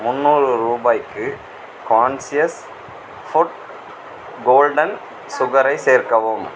முந்நூறு ரூபாய்க்குக் conscious food golden சுகரைச் சேர்க்கவும்